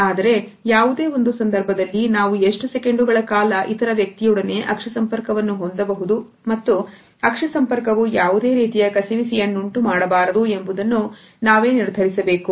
ಆದರೆ ಯಾವುದೇ ಒಂದು ಸಂದರ್ಭದಲ್ಲಿ ನಾವು ಎಷ್ಟು ಸೆಕೆಂಡುಗಳ ಕಾಲ ಇತರ ವ್ಯಕ್ತಿಯೊಡನೆ ಅಕ್ಷಿ ಸಂಪರ್ಕವನ್ನು ಹೊಂದಬಹುದು ಮತ್ತು ಅಕ್ಷಿ ಸಂಪರ್ಕವು ಯಾವುದೇ ರೀತಿಯ ಕಸಿವಿಸಿಯನ್ನುಂಟು ಮಾಡಬಾರದು ಎಂಬುದನ್ನು ನಾವೇ ನಿರ್ಧರಿಸಬೇಕು